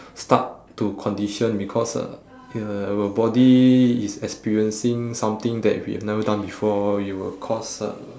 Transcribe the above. start to condition because uh uh our body is experiencing something that we have never done before it will cause uh